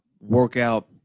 workout